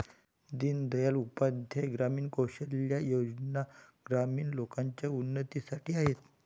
दीन दयाल उपाध्याय ग्रामीण कौशल्या योजना ग्रामीण लोकांच्या उन्नतीसाठी आहेत